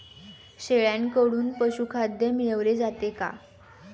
शेळ्यांकडून पशुखाद्य मिळवले जाते का?